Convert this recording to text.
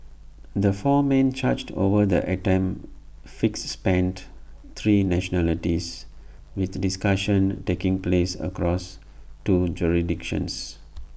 the four men charged over the attempted fix spanned three nationalities with discussions taking place across two jurisdictions